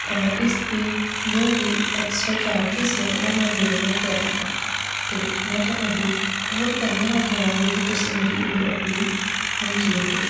ਇਸਦੀ ਜੋ ਵੀ ਐਕਸਟਰਾ ਚਾਰਜਸ ਨੇ ਉਹ ਮੈਂ ਦੇਣ ਨੂੰ ਤਿਆਰ ਹਾਂ ਅਤੇ ਮੈਂ ਤੁਹਾਡੀ ਬਹੁਤ ਧੰਨਵਾਦ ਹੋਵਾਂਗੀ ਜੇ ਤੁਸੀਂ ਮੇਰੀ ਇਹ ਅਪੀਲ ਮਨਜ਼ੂਰ ਕੀਤੀ